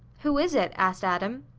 who is it? asked adam.